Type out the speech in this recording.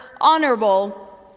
honorable